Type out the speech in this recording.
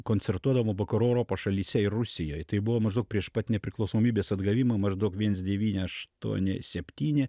koncertuodavom vakarų europos šalyse ir rusijoj tai buvo maždaug prieš pat nepriklausomybės atgavimą maždaug viens devyni aštuoni septyni